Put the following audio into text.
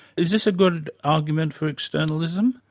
is this a good argument for externalism?